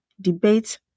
Debate